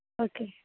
okay